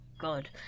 God